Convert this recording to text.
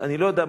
אני לא יודע,